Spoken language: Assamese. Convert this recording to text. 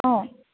অঁ